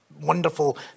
wonderful